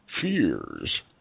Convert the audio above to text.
fears